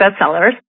bestsellers